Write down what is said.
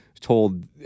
told